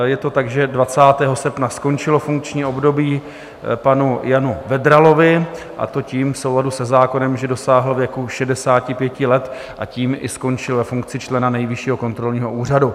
Je to tak, že 20. srpna skončilo funkční období panu Janu Vedralovi, a to v souladu se zákonem, že dosáhl věku 65 let a tím i skončil ve funkci člena Nejvyššího kontrolního úřadu.